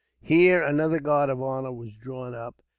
here another guard of honor was drawn up.